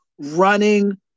running